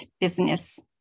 business